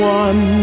one